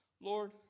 Lord